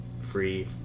free